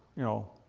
you know,